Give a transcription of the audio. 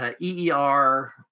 EER